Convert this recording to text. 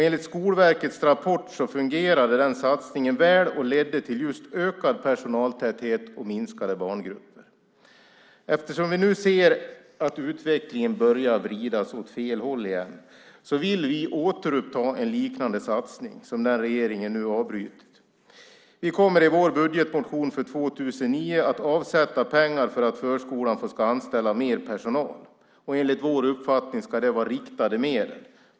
Enligt Skolverkets rapport fungerade den satsningen väl och ledde till just ökad personaltäthet och minskade barngrupper. Eftersom vi nu ser att utvecklingen börjar vridas åt fel håll igen vill vi återuppta en liknande satsning som den regeringen avbrutit. Vi kommer i vår budgetmotion för 2009 att avsätta pengar för att förskolan ska få anställa mer personal. Enligt vår uppfattning ska det vara riktade medel.